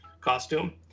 costume